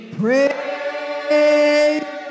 praise